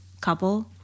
couple